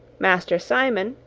master simon,